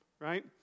right